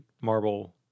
marble